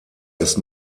ist